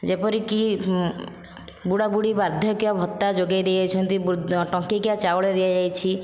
ଯେପରିକି ବୁଢ଼ା ବୁଢ଼ୀ ବାର୍ଦ୍ଧକ୍ୟ ଭତ୍ତା ଯୋଗାଇ ଦେଇ ଯାଇଛନ୍ତି ଟଙ୍କିକିଆ ଚାଉଳ ଦିଆଯାଇଛି